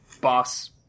boss